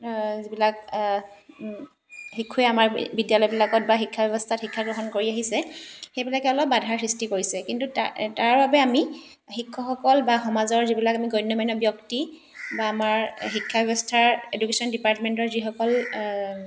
যিবিলাক শিশুৱে আমাৰ বিদ্যালয়বিলাকত বা শিক্ষা ব্যৱস্থাত শিক্ষা গ্ৰহণ কৰি আহিছে সেইবিলাকে অলপ বাধাৰ সৃষ্টি কৰিছে কিন্তু তা তাৰ বাবে আমি শিক্ষকসকল বা সমাজৰ যিবিলাক আমি গণ্যমান্য ব্যক্তি বা আমাৰ শিক্ষা ব্যৱস্থাৰ এড্যুকেশ্যন ডিপাৰ্টমেণ্টৰ যিসকল